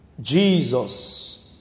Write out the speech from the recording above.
Jesus